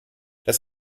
das